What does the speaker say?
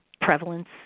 prevalence